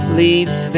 leaves